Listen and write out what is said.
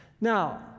Now